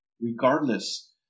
regardless